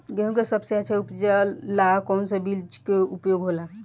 गेहूँ के सबसे अच्छा उपज ला कौन सा बिज के उपयोग होला?